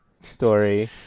story